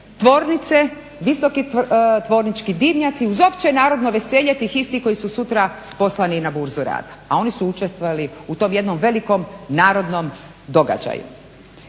tvornice, visoki tvornički dimnjaci uz opće narodno veselje tih istina koji su sutra poslani na burzu rada, a oni su učestvovali u tom jednom velikom narodnom događaju.